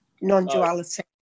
non-duality